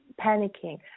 panicking